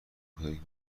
کودکی